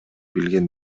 билген